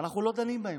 ואנחנו לא דנים בהם.